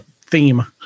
theme